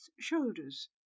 shoulders